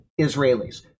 Israelis